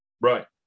Right